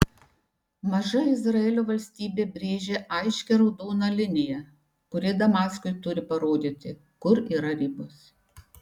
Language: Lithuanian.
maža izraelio valstybė brėžia aiškią raudoną liniją kuri damaskui turi parodyti kur yra ribos